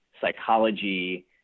psychology